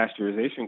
pasteurization